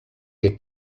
que